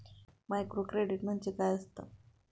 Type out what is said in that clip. Microcredit म्हणजे काय असतं?